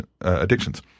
addictions